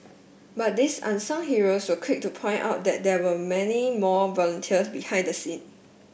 but these unsung heroes were quick to point out that there were many more volunteer behind the scene